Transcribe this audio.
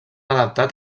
adaptat